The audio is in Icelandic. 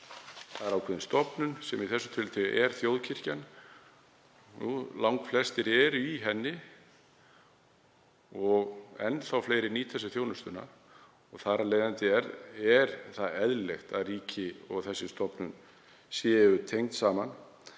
Til er ákveðin stofnun, sem í þessu tilliti er þjóðkirkjan, langflestir eru í henni og enn fleiri nýta sér þjónustuna og þar af leiðandi er eðlilegt að ríkið og stofnunin séu tengd.